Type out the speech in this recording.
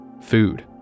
Food